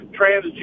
transgender